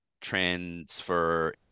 transfer